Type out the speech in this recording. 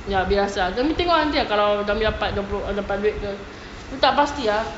ya biasa umi tengok lah nanti kalau umi dapat dua puluh dapat duit ke tak pasti ah